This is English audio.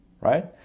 right